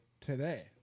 today